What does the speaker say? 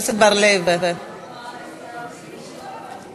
איזו אופוזיציה זו?